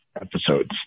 episodes